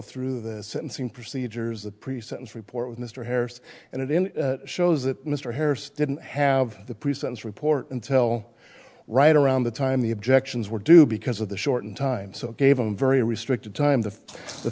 through this sentencing procedures the pre sentence report with mr harris and it in shows that mr harris didn't have the pre sentence report until right around the time the objections were due because of the shortened time so gave him very restricted time to the